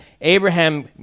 Abraham